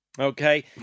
Okay